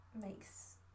makes